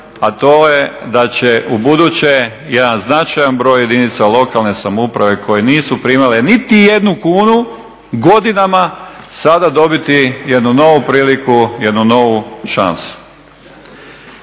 a to je da će u buduće jedan značajan broj jedinica lokalne samouprave koje nisu primale niti jednu kunu godinama sada dobiti jednu novu priliku, jednu novu šansu.